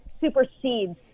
supersedes